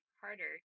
harder